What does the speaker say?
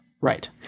Right